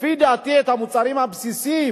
לפי דעתי את המוצרים הבסיסיים,